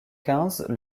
quinze